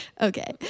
okay